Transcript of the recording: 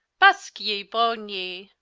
buske yee, bowne yee,